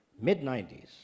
mid-90s